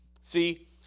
See